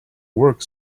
work